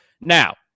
Now